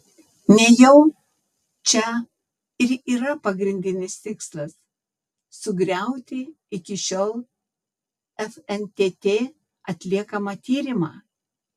nejau čia ir yra pagrindinis tikslas sugriauti iki šiol fntt atliekamą tyrimą